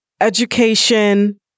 Education